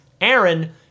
Aaron